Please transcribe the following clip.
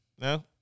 No